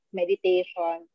meditation